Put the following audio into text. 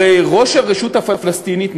הרי ראש הרשות הפלסטינית,